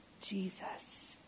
Jesus